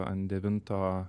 ant devinto